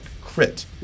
crit